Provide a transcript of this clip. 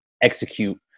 execute